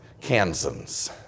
Kansans